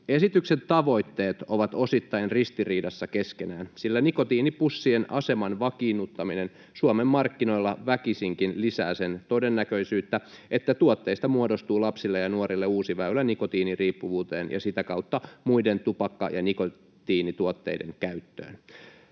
”Esityksen tavoitteet ovat osittain ristiriidassa keskenään, sillä nikotiinipussien aseman vakiinnuttaminen Suomen markkinoilla väkisinkin lisää sen todennäköisyyttä, että tuotteista muodostuu lapsille ja nuorille uusi väylä nikotiiniriippuvuuteen ja sitä kautta muiden tupakka- ja nikotiinituotteiden käyttöön.